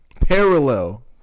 parallel